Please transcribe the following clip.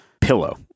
pillow